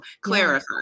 clarify